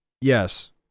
yes